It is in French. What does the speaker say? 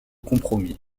compromis